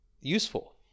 useful